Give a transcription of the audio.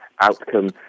outcome